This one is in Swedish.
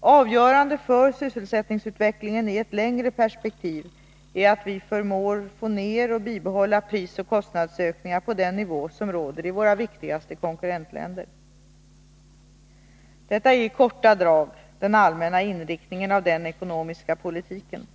Avgörande för sysselsättningsutvecklingen i ett längre perspektiv är att vi förmår att få ner och bibehålla prisoch kostnadsökningarna på den nivå som råder i våra viktigaste konkurrentländer. Detta är i korta drag den allmänna inriktningen av den ekonomiska politiken,